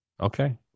Okay